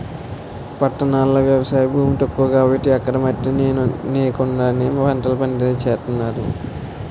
పట్టణాల్లో ఎవసాయ భూమి తక్కువ కాబట్టి అక్కడ మట్టి నేకండానే పంటలు పండించేత్తన్నారు